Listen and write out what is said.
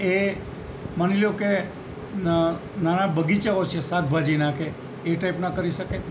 એ માની લ્યો કે નાના બગીચાઓ શાકભાજીના કે એ ટાઈપના કરી શકે